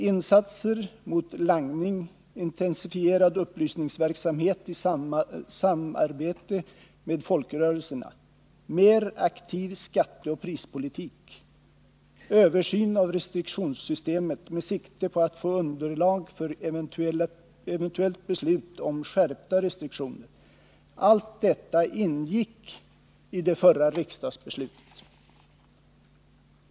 Insatser mot langning, intensifierad upplysningsverksamhet i samverkan med folkrörelserna, mer aktiv skatteoch prispolitik, översyn av restriktionssystemet med sikte på att få underlag för eventuellt beslut om skärpta restriktioner — allt detta ingick i det förra riksdagsbeslutet.